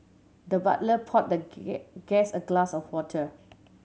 the butler poured the guest a glass of water